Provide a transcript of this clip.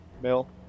mil